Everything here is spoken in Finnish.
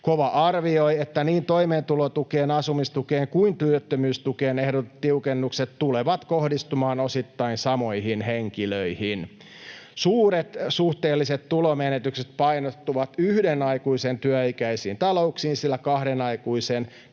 KOVA arvioi, että niin toimeentulotukeen, asumistukeen kuin työttömyystukeen ehdotetut tiukennukset tulevat kohdistumaan osittain samoihin henkilöihin. Suuret suhteelliset tulonmenetykset painottuvat yhden aikuisen työikäisiin talouksiin, sillä kahden aikuisen